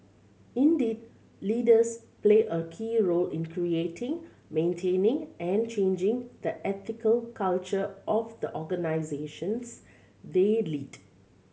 indeed leaders play a key role in creating maintaining and changing the ethical culture of the organisations they lead